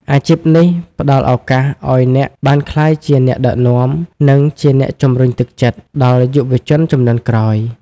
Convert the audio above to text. អាជីពនេះផ្តល់ឱកាសឱ្យអ្នកបានក្លាយជាអ្នកដឹកនាំ និងជាអ្នកជំរុញទឹកចិត្ត ដល់យុវជនជំនាន់ក្រោយ។